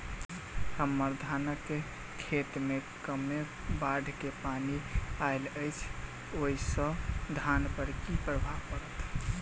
हम्मर धानक खेत मे कमे बाढ़ केँ पानि आइल अछि, ओय सँ धान पर की प्रभाव पड़तै?